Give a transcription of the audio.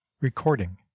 recording